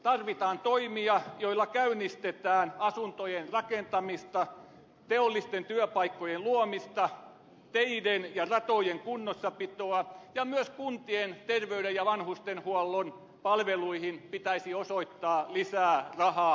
tarvitaan toimia joilla käynnistetään asuntojen rakentamista teollisten työpaikkojen luomista teiden ja ratojen kunnossapitoa ja myös kuntien terveyden ja vanhustenhuollon palveluihin pitäisi osoittaa lisää rahaa